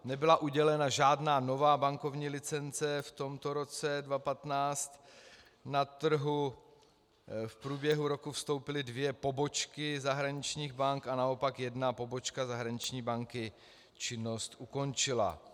Nebyla udělena žádná nová bankovní licence, v tomto roce 2015 na trh v průběhu roku vstoupily dvě pobočky zahraničních bank a naopak jedna pobočka zahraniční banky činnost ukončila.